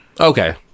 Okay